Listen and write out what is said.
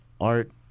art